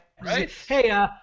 Hey